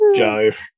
jive